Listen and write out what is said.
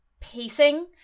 pacing